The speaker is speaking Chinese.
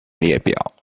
列表